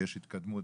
שיש התקדמות